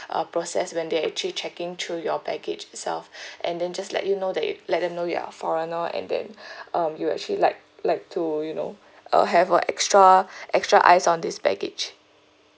uh process when they actually checking through your baggage itself and then just let you know that you let them know you're foreigner and then um you actually like like to you know uh have a extra extra eyes on this baggage